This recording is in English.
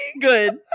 Good